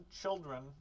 children